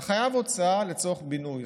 אתה חייב הוצאה לצורך בינוי.